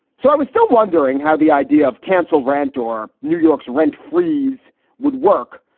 so i was still wondering how the idea of cancel rant or new york's rent freeze would work.